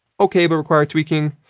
okay, but require tweaking.